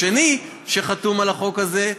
השני שחתום על החוק הזה,